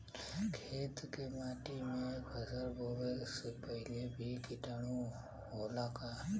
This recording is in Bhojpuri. खेत के माटी मे फसल बोवे से पहिले भी किटाणु होला का?